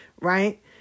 right